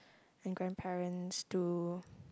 and grandparents to